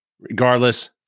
Regardless